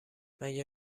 مگه